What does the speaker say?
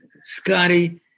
Scotty